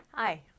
Hi